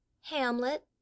Hamlet